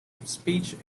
speech